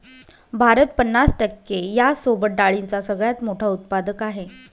भारत पन्नास टक्के यांसोबत डाळींचा सगळ्यात मोठा उत्पादक आहे